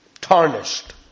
tarnished